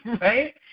right